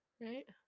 Right